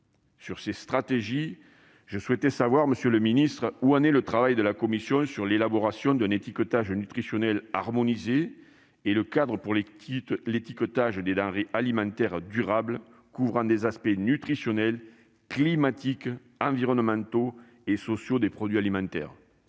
de ces stratégies, monsieur le secrétaire d'État, où en est le travail de la Commission sur l'élaboration d'un étiquetage nutritionnel harmonisé et d'un cadre pour l'étiquetage des denrées alimentaires durables couvrant les aspects nutritionnels, climatiques, environnementaux et sociaux des produits alimentaires